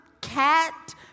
cat